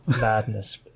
madness